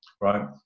right